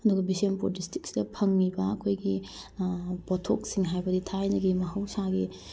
ꯑꯗꯨꯒ ꯕꯤꯁꯦꯟꯄꯨꯔ ꯗꯤꯁꯇ꯭ꯔꯤꯛꯁꯤꯗ ꯐꯪꯉꯤꯕ ꯑꯩꯈꯣꯏꯒꯤ ꯄꯣꯠꯊꯣꯛꯁꯤꯡ ꯍꯥꯏꯕꯗꯤ ꯊꯥꯏꯅꯒꯤ ꯃꯍꯧꯁꯥꯒꯤ